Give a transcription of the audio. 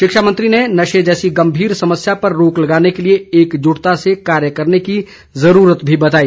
शिक्षा मंत्री ने नशे जैसी गंभीर समस्या पर रोक लगाने के लिए एकजुटता से कार्य करने की ज़रूरत भी बताई